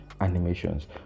animations